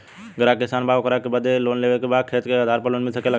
ग्राहक किसान बा ओकरा के खेती बदे लोन लेवे के बा खेत के आधार पर लोन मिल सके ला?